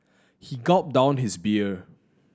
he gulp down his beer